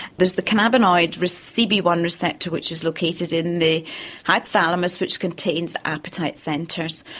there's the cannabinoid c b one receptor which is located in the hypothalamus, which contains appetite centres,